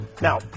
Now